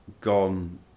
gone